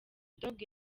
dogg